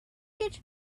mortgage